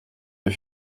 des